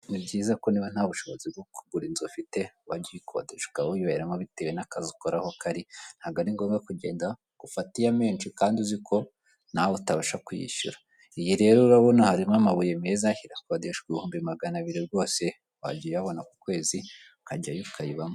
Ni byiza ko niba nta bushobozi bwo kugura inzu ufite wajya uyikodesha ukaba wiberamo bitewe n'akazi ukora aho kari, ntabwo ari ngombwa kugenda ngo ufate iya menshi kandi uzi ko nawe utabasha kwiyishyura. Iyi rero urabona harimo amabuye meza irakodeshwa ibihumbi magana abiri rwose wajya uyabona ku kwezi ukajyayo ukayibamo.